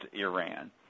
iran